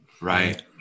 Right